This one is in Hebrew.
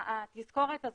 התזכורת הזאת.